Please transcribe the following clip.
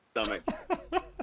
stomach